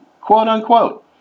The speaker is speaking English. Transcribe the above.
quote-unquote